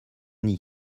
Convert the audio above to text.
nid